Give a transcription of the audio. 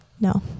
no